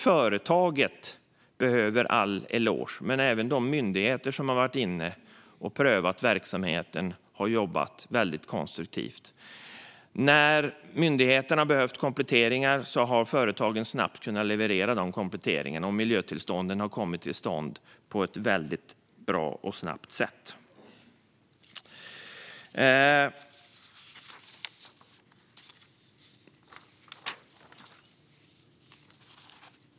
Företaget är värd en eloge, men även de myndigheter som har varit inne och prövat verksamheten har jobbat konstruktivt. När myndigheten har behövt kompletteringar har företagen snabbt kunnat leverera de kompletteringarna. Miljötillstånden har kommit till stånd på ett väldigt bra och snabbt sätt.